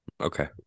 Okay